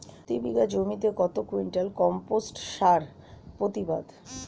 প্রতি বিঘা জমিতে কত কুইন্টাল কম্পোস্ট সার প্রতিবাদ?